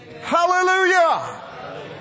Hallelujah